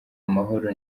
amahoro